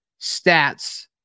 stats